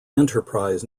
enterprise